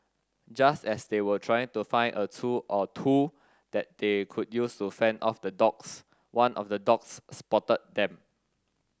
just as they were trying to find a tool or two that they could use to fend off the dogs one of the dogs spotted them